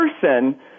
person